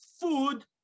food